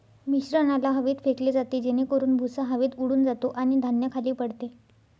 मिश्रणाला हवेत फेकले जाते जेणेकरून भुसा हवेत उडून जातो आणि धान्य खाली पडते